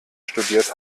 studiert